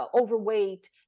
overweight